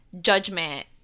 judgment